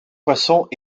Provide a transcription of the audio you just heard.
poissons